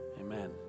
amen